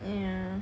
yeah